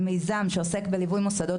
מיזם שעוסק בליווי מוסדות